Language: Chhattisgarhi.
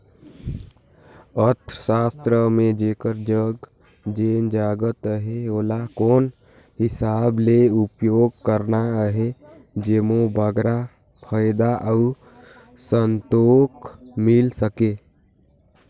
अर्थसास्त्र म जेकर जग जेन जाएत अहे ओला कोन हिसाब ले उपयोग करना अहे जेम्हो बगरा फयदा अउ संतोक मिल सके